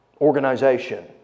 organization